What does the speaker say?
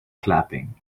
clapping